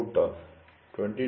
hRMS 222212242